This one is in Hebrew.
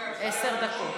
עשר דקות.